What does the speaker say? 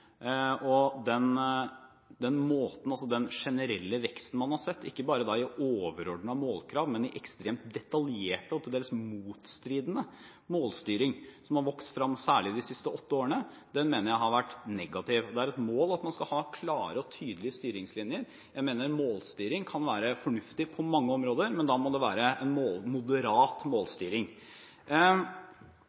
Den generelle veksten man har sett, ikke bare i overordnete målkrav, men også i ekstremt detaljerte og til dels motstridende målstyring som har vokst frem særlig de siste åtte årene, mener jeg har vært negativ. Det er et mål at man skal ha klare og tydelige styringslinjer. Målstyring kan være fornuftig på mange områder, men da må det være moderat målstyring.